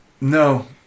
No